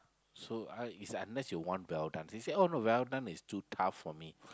so I it's unless you want well done she said oh no well done is too tough for me